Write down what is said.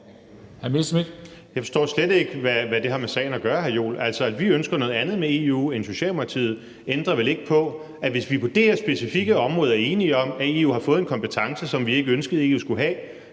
Jeg forstår slet ikke, hvad det har med sagen at gøre, hr. Jens Joel. Altså, at vi ønsker noget andet med EU end Socialdemokratiet, ændrer vel ikke på, at hvis vi på det her specifikke område er enige om, at EU har fået overdraget en kompetence eller beføjelse, som vi ikke ønskede at EU skulle have